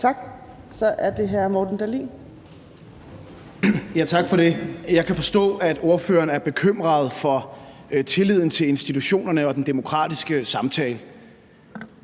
Dahlin. Kl. 13:45 Morten Dahlin (V): Tak for det. Jeg kan forstå, at ordføreren er bekymret for tilliden til institutionerne og den demokratiske samtale.